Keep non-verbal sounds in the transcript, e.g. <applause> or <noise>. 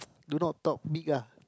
<noise> do not talk big ah